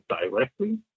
directly